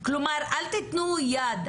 כלומר אל תיתנו יד,